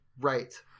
Right